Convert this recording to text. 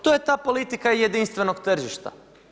To je ta politika jedinstvenog tržišta.